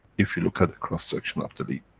if you look at a cross-section of the leaf,